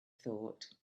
thought